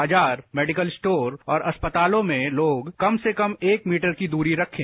बाजार medical store और अस्पतालों में लोग कम से कम एक मीटर की दूरी रखें